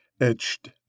etched